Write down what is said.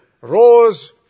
rose